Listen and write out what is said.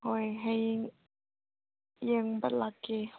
ꯍꯣꯏ ꯍꯌꯦꯡ ꯌꯦꯡꯕ ꯂꯥꯛꯀꯦ